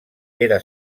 era